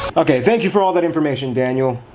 okay, thank you for all that information, daniel.